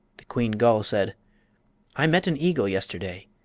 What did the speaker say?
the queen gull said i met an eagle yesterday,